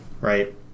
Right